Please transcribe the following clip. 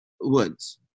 woods